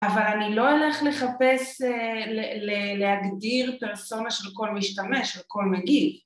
אבל אני לא אלך לחפש, להגדיר פרסונה של כל משתמש, של כל מגיב